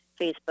Facebook